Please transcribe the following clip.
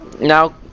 Now